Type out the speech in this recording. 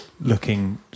looking